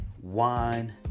wine